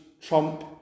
trump